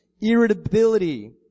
irritability